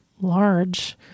large